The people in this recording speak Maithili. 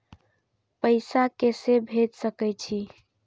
पैसा के से भेज सके छी?